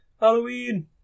Halloween